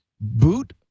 boot